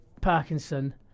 Parkinson